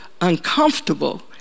uncomfortable